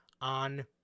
on